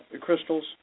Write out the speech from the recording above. crystals